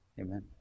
Amen